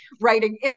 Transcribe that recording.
writing